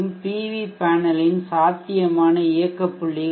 we பேனலின் சாத்தியமான இயக்க புள்ளிகள் ஆகும்